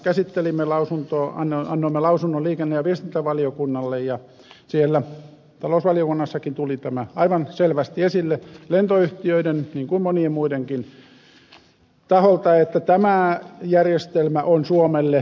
annoimme lausunnon liikenne ja viestintävaliokunnalle ja siellä talousvaliokunnassakin tuli tämä aivan selvästi esille lentoyhtiöiden niin kuin monien muidenkin taholta että tämä järjestelmä on suomelle tuhoisa